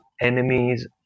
enemies